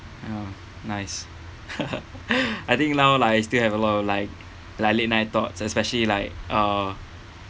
ya nice I think now like I still have a lot of like like late night thoughts especially like uh